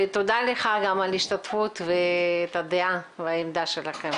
תודה לך גם על ההשתתפות ועל העמדה שלכם.